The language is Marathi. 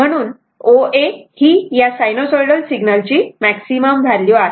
म्हणून OA ही या सायनोसॉइडल सिग्नलची मॅक्सिमम व्हॅल्यू आहे